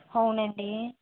అవునండి